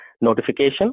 notification